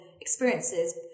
experiences